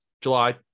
July